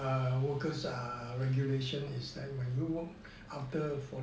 workers err regulation is that when you work after fourty